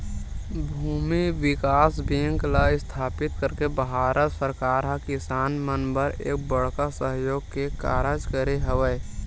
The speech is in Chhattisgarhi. भूमि बिकास बेंक ल इस्थापित करके भारत सरकार ह किसान मन बर एक बड़का सहयोग के कारज करे हवय